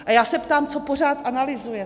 A já se ptám co pořád analyzujete?